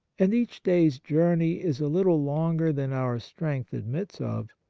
and each day's journey is a little longer than our strength admits of,